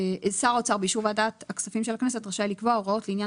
שר האוצר באישור ועדת הכספים של הכנסת רשאי לקבוע הוראות לעניין